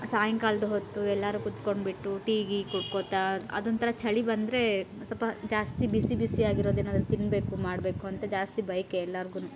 ಸಾಯಂಕಾಲ್ದ ಹೊತ್ತು ಎಲ್ಲರೂ ಕುತ್ಕೊಂಡುಬಿಟ್ಟು ಟೀ ಗೀ ಕುಡ್ಕೋತ ಅದೊಂಥರ ಚಳಿ ಬಂದರೆ ಸ್ವಲ್ಪ ಜಾಸ್ತಿ ಬಿಸಿ ಬಿಸಿ ಆಗಿರೋದೇನಾದರೂ ತಿನ್ನಬೇಕು ಮಾಡಬೇಕು ಅಂತ ಜಾಸ್ತಿ ಬಯಕೆ ಎಲ್ಲಾರ್ಗುನೂ